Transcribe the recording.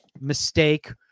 mistake